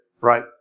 Right